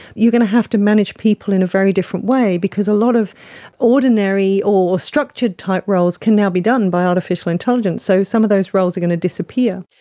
you're going to have to manage people in a very different way because a lot of ordinary or structured type roles can now be done by artificial intelligence. so some of those roles are going to disappear.